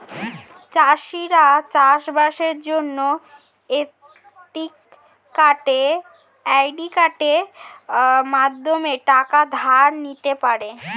চাষিরা চাষবাসের জন্য ক্রেডিট কার্ডের মাধ্যমে টাকা ধার নিতে পারে